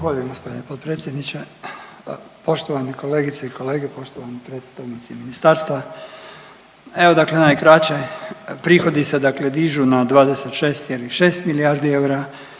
gospodine potpredsjedniče. Poštovane kolegice i kolege, poštovani predstavnici ministarstva, evo dakle najkraće prihodi se dakle dižu na 26,6 milijardi eura,